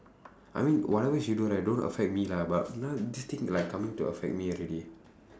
I mean whatever she do right don't affect me lah but now this thing like coming to affect me already